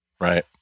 Right